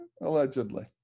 Allegedly